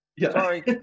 sorry